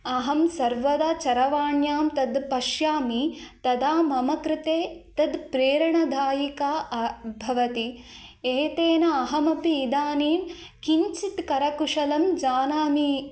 अहं सर्वदा चरवाण्यां तद् पश्यामि तदा मम कृते तद् प्रेरणदायिका भवति एतेन अहमपि इदानीं किञ्चित् करकुशलं जानामि